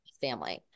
family